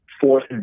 fourth